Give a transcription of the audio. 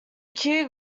queue